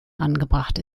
angebracht